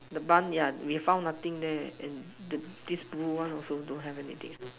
the bunk ya we found nothing there and this blue don't have nothing